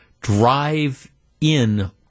drive-in